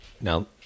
Now